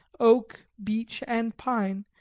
oak, beech, and pine,